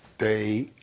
they